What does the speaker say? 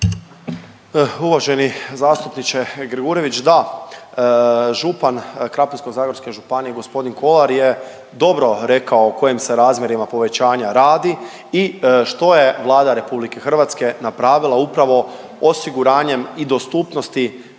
Uvaženi zastupniče Gregurović, da, župan Krapinsko-zagorske županije g. Kolar je dobro rekao o kojim se razmjerima povećanja radi i što je Vlada RH napravila upravo osiguranjem i dostupnosti